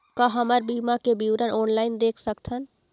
का हमर बीमा के विवरण ऑनलाइन देख सकथन?